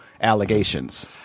allegations